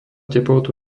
teplotu